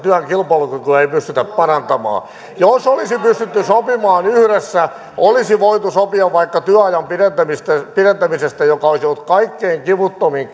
työn kilpailukykyä ei pystytä parantamaan jos olisi pystytty sopimaan yhdessä olisi voitu sopia vaikka työajan pidentämisestä pidentämisestä joka olisi ollut kaikkein kivuttomin